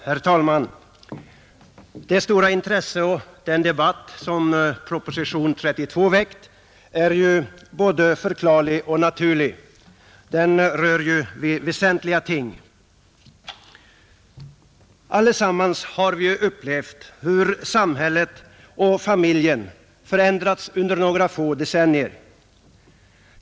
Herr talman! Det stora intresse och den debatt som propositionen nr 32 väckt är både förklarlig och naturlig. Den rör vid väsentliga ting. Allesammans har vi upplevt hur samhället och familjen förändrats under några få decennier.